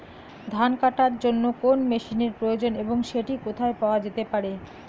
ধান কাটার জন্য কোন মেশিনের প্রয়োজন এবং সেটি কোথায় পাওয়া যেতে পারে?